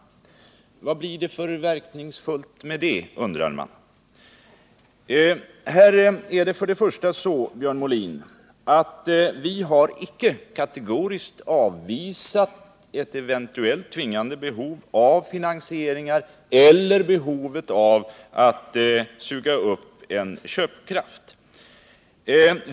Vad blir det för meningsfullt med det? frågar man. Här är det så, Björn Molin, att vi icke har kategoriskt avvisat ett eventuellt tvingande behov av finansieringar eller ett behov av att suga upp en köpkraft.